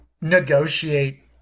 negotiate